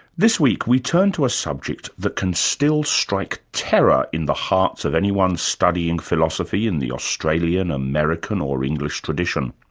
this week, we turn to a subject that can still strike terror in the hearts of anyone studying philosophy in the australian, american or english tradition.